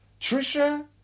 Trisha